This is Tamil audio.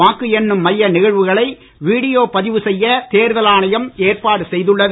வாக்கு எண்ணும் மைய நிகழ்வுகளை வீடியோ பதிவு செய்ய தேர்தல் ஆணையம் ஏற்பாடு செய்துள்ளது